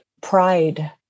pride